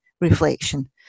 reflection